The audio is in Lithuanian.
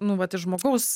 nu vat iš žmogaus